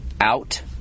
out